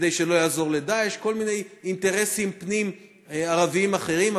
כדי שלא יעזור ל"דאעש" וכל מיני אינטרסים פנים-ערביים אחרים,